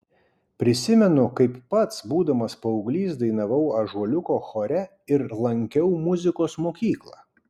prisimenu kaip pats būdamas paauglys dainavau ąžuoliuko chore ir lankiau muzikos mokyklą